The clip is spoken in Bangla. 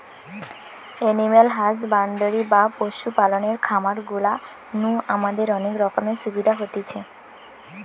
এনিম্যাল হাসব্যান্ডরি বা পশু পালনের খামার গুলা নু আমাদের অনেক রকমের সুবিধা হতিছে